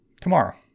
tomorrow